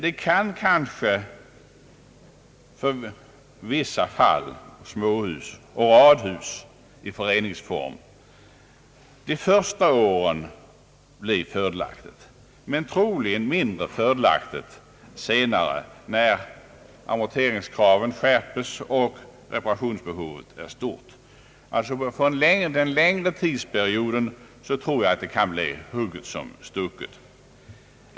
Det kan i vissa fall bli fördelaktigt de första åren för småhus och radhus, ägda i föreningsform, men det blir troligen mindre fördelaktigt senare, när amorteringskraven skärpes och reparationsbehovet blir större. För en längre tidsperiod blir det nog hugget som stucket.